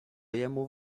jemu